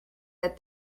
that